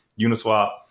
Uniswap